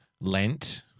Lent